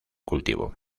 cultivo